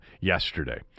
yesterday